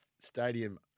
stadium